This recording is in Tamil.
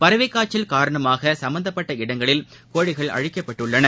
பறவைக் காய்ச்சல் காரணமாக சம்பந்தப்பட்ட இடங்களில் கோழிகள் அழிக்கப்பட்டுள்ளன